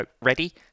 ready